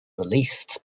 released